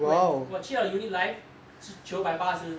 when 我去到 unit life 是九百八十